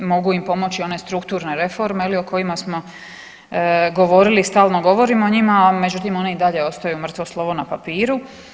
Mogu im pomoći one strukturne reforme o kojima smo govorili i stalno govorimo o njima, međutim one i dalje ostaju mrtvo slovo na papiru.